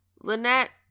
Lynette